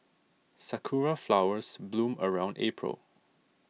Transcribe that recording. sakura flowers bloom around April